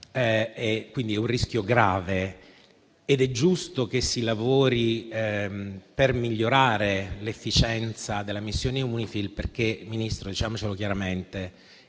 è un rischio grave ed è giusto che si lavori per migliorare l'efficienza della missione UNIFIL, perché, signor Ministro, diciamo chiaramente